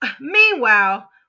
meanwhile